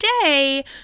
today